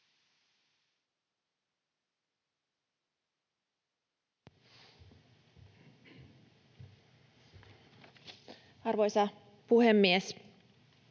Arvoisa puhemies!